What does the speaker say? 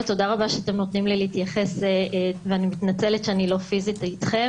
ותודה שאתם נותנים לי להתייחס ואני מתנצלת שאני לא אתכם פיסית.